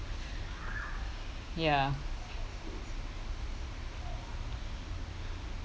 ya